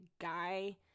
guy